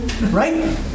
right